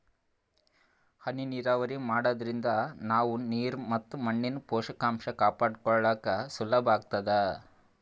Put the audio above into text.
ಹನಿ ನೀರಾವರಿ ಮಾಡಾದ್ರಿಂದ ನಾವ್ ನೀರ್ ಮತ್ ಮಣ್ಣಿನ್ ಪೋಷಕಾಂಷ ಕಾಪಾಡ್ಕೋಳಕ್ ಸುಲಭ್ ಆಗ್ತದಾ